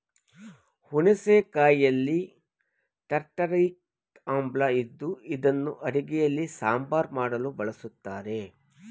ಹುಣಸೆ ಕಾಯಿಯಲ್ಲಿ ಟಾರ್ಟಾರಿಕ್ ಆಮ್ಲ ಇದ್ದು ಇದನ್ನು ಅಡುಗೆಯಲ್ಲಿ ಸಾಂಬಾರ್ ಮಾಡಲು ಬಳಸ್ತರೆ